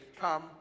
come